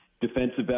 defensive